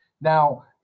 Now